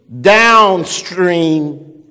downstream